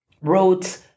wrote